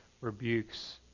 rebukes